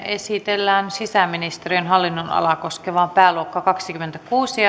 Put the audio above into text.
esitellään sisäministeriön hallinnonalaa koskeva pääluokka kaksikymmentäkuusi